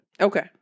Okay